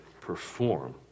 perform